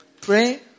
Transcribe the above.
Pray